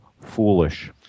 foolish